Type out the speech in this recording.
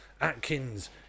Atkins